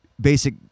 basic